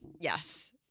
Yes